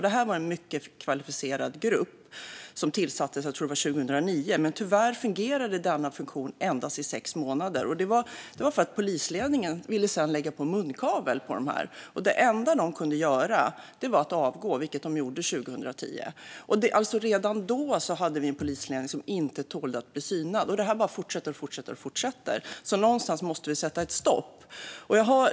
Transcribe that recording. Det var en mycket kvalificerad grupp som tillsattes 2009, tror jag. Men tyvärr fungerade denna funktion endast i sex månader. Det berodde på att polisledningen ville lägga munkavle på dem. Det enda de kunde göra var att avgå, vilket de gjorde 2010. Vi hade alltså redan då en polisledning som inte tålde att bli synad. Och det bara fortsätter. Någonstans måste det sättas stopp.